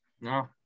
No